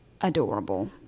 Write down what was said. adorable